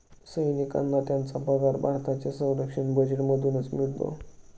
सैनिकांना त्यांचा पगार भारताच्या संरक्षण बजेटमधूनच मिळतो